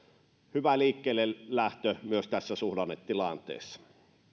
hyvä liikkeellelähtö myös tässä suhdannetilanteessa